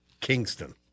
Kingston